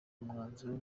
umwanzuro